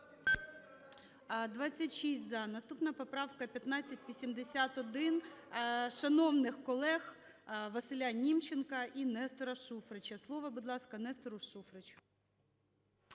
За-26 Наступна поправка – 1581, шановних колег ВасиляНімченка і Нестора Шуфрича. Слово, будь ласка, Нестору Шуфричу.